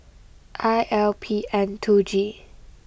I L P N two G